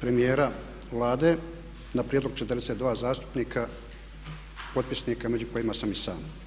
premijera, Vlade na prijedlog 42 zastupnika potpisnika među kojima sam i sam.